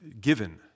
given